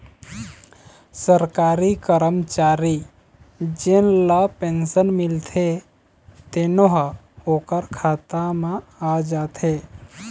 सरकारी करमचारी जेन ल पेंसन मिलथे तेनो ह ओखर खाता म आ जाथे